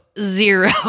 zero